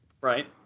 Right